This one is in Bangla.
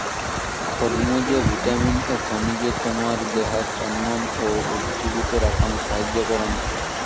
খরমুজে ভিটামিন ও খনিজ তোমার দেহাক চনমন ও উজ্জীবিত রাখাং সাহাইয্য করাং